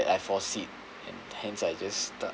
I foreseed and hence I just uh